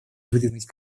выдвинуть